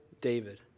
David